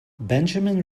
benjamin